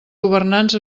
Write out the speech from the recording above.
governants